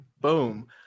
Boom